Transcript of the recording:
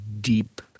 deep